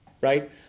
right